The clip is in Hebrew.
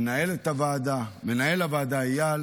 למנהל הוועדה אייל